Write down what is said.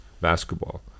basketball